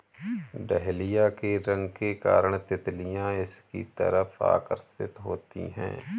dahlia के रंग के कारण तितलियां इसकी तरफ आकर्षित होती हैं